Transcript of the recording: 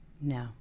No